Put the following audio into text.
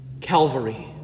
Calvary